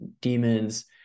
demons